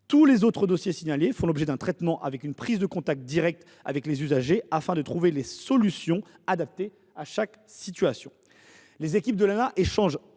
Tous les autres dossiers signalés font l’objet d’un traitement et d’une prise de contact directe avec les usagers, afin que soit trouvée une solution adaptée à chaque situation. Les équipes de l’Anah échangent